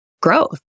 growth